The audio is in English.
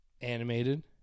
Animated